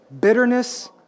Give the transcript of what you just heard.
bitterness